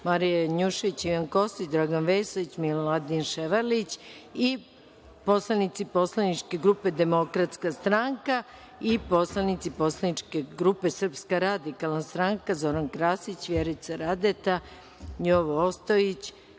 Marija Janjušević, Ivan Kostić, Dragan Vesović, Miladin Ševarlić, i poslanici Poslaničke grupe Demokratska stranka, i poslanici Poslaničke grupe Srpska radikalna stranka Zoran Krasić, Vjerica Radeta, Jovo Ostojić,